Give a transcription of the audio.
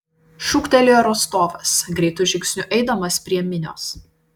šūktelėjo rostovas greitu žingsniu eidamas prie minios